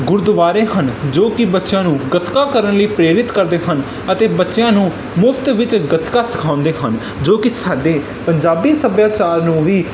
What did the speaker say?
ਗੁਰਦੁਆਰੇ ਹਨ ਜੋ ਕਿ ਬੱਚਿਆਂ ਨੂੰ ਗੱਤਕਾ ਕਰਨ ਲਈ ਪ੍ਰੇਰਿਤ ਕਰਦੇ ਹਨ ਅਤੇ ਬੱਚਿਆਂ ਨੂੰ ਮੁਫਤ ਵਿੱਚ ਗੱਤਕਾ ਸਿਖਾਉਂਦੇ ਹਨ ਜੋ ਕਿ ਸਾਡੇ ਪੰਜਾਬੀ ਸੱਭਿਆਚਾਰ ਨੂੰ ਵੀ